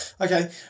Okay